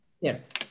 Yes